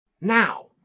Now